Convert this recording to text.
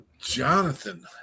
Jonathan